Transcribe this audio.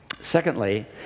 Secondly